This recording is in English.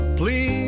please